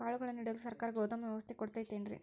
ಕಾಳುಗಳನ್ನುಇಡಲು ಸರಕಾರ ಗೋದಾಮು ವ್ಯವಸ್ಥೆ ಕೊಡತೈತೇನ್ರಿ?